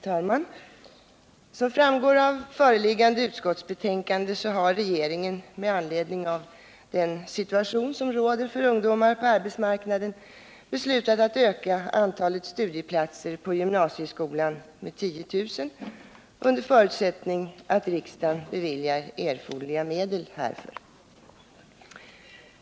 Herr talman! Som framgår av förevarande utskottsbetänkande har regeringen med anledning av den situation som råder för ungdomar på arbetsmarknaden beslutat att öka antalet studieplatser på gymnasieskolan med 10 000 under förutsättning att riksdagen beviljar erforderliga medel härför.